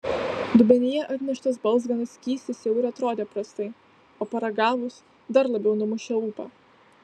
dubenyje atneštas balzganas skystis jau ir atrodė prastai o paragavus dar labiau numušė ūpą